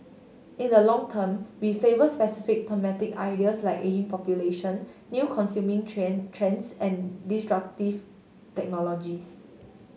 in the long term we favour specific thematic ideas like ageing population new consuming trend trends and disruptive technologies